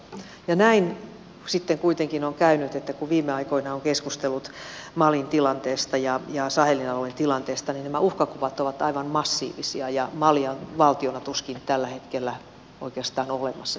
ja näin sitten kuitenkin on käynyt että kun viime aikoina on keskustellut malin tilanteesta ja sahelin alueen tilanteesta niin nämä uhkakuvat ovat aivan massiivisia ja malia valtiona tuskin tällä hetkellä oikeastaan on olemassa käytännössä